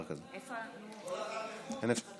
איפה שר הביטחון, איפה סגן שר הביטחון?